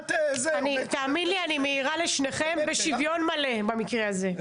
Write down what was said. אני מעירה לשניכם בשוויון מלא במקרה הזה.